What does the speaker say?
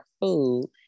food